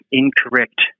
incorrect